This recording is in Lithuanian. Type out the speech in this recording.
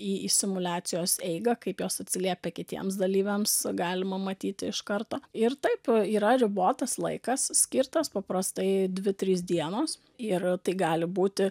į į simuliacijos eigą kaip jos atsiliepia kitiems dalyviams galima matyti iš karto ir taip yra ribotas laikas skirtas paprastai dvi trys dienos ir tai gali būti